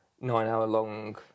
nine-hour-long